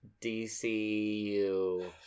DCU